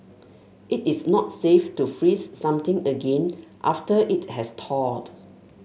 it is not safe to freeze something again after it has thawed